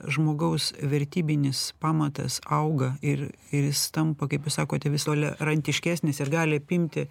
žmogaus vertybinis pamatas auga ir ir jis tampa kaip jūs sakote vis tolerantiškesnis ir gali apimti